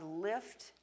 lift